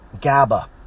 GABA